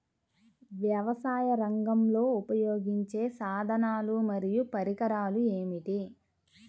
వ్యవసాయరంగంలో ఉపయోగించే సాధనాలు మరియు పరికరాలు ఏమిటీ?